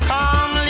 Come